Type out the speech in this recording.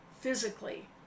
physically